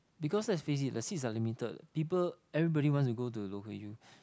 because let's face it the seats are limited people everybody wants to go local U